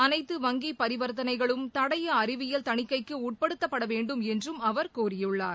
அனைத்து வங்கி பரிவர்த்தனைகளும் தடய அறிவியல் தணிக்கைக்கு உட்படுத்தப்பட வேண்டும் என்றும் அவர் கோரியுள்ளார்